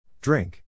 Drink